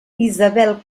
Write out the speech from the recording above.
isabel